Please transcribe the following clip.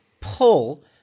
Pull